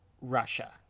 Russia